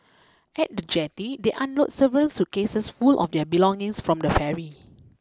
at the jetty they unload several suitcases full of their belongings from the ferry